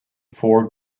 four